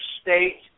state